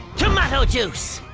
tomato juice!